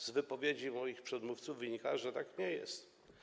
Z wypowiedzi moich przedmówców wynika, że tak nie jest.